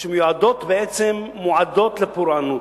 שהם בעצם מועדים לפורענות.